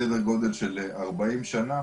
סדר גודל של 40 שנה.